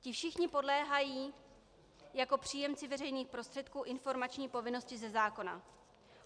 Ti všichni podléhají jako příjemci veřejných prostředků informační povinnosti ze zákona